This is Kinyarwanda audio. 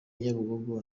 nyabugogo